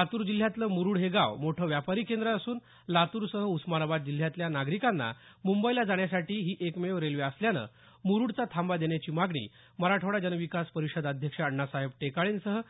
लातूर जिल्ह्यातलं मुरुड हे गाव मोठं व्यापारी केंद्र असून लातूरसह उस्मानाबाद जिल्ह्यातल्या नागरिकांना मुंबईला जाण्यासाठी ही एकमेव रेल्वे असल्यानं मुरुडचा थांबा देण्याची मागणी मराठवाडा जन विकास परिषद अध्यक्ष अण्णासाहेब टेकाळेंसह